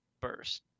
burst